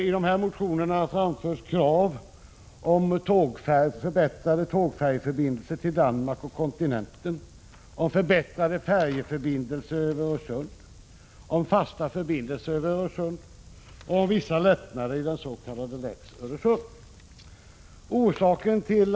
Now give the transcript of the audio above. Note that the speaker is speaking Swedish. I dessa motioner framförs krav om förbättrade tågfärjeförbindelser till Danmark och till kontinenten, om förbättrade färjeförbindelser över Öresund, om fasta förbindelser över Öresund och om vissa lättnader i den s.k. lex Öresund.